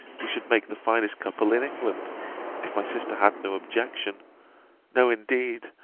we should make the finest couple in england if my sister had no objection no, indeed!